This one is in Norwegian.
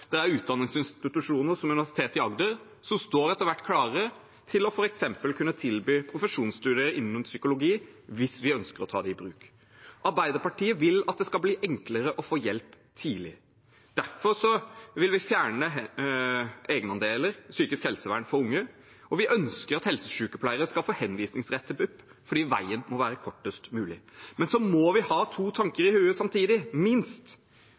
er utdanningsinstitusjoner ved Universitetet i Agder som etter hvert står klar til f.eks. å kunne tilby profesjonsstudier innen psykologi hvis vi ønsker å ta det i bruk. Arbeiderpartiet vil at det skal bli enklere å få hjelp tidlig. Derfor vil vi fjerne egenandeler på psykisk helsevern for unge, og vi ønsker at helsesykepleiere skal få henvisningsrett til BUP, fordi veien må være kortest mulig. Men vi må ha to tanker i hodet samtidig – minst.